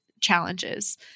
challenges